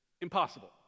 impossible